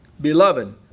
Beloved